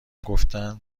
گفتن